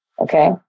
Okay